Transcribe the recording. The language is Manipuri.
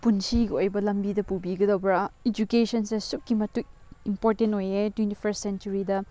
ꯄꯨꯟꯁꯤꯒꯤ ꯑꯣꯏꯕ ꯂꯝꯕꯤꯗ ꯄꯨꯕꯤꯒꯗꯕ꯭ꯔꯥ ꯏꯖꯨꯀꯦꯁꯟꯁꯦ ꯑꯗꯨꯛꯀꯤ ꯃꯇꯤꯛ ꯏꯝꯄꯣꯔꯇꯦꯟ ꯑꯣꯏꯌꯦ ꯇ꯭ꯋꯦꯟꯇꯤ ꯐꯥꯔꯁ ꯁꯦꯟꯆꯨꯔꯤꯗ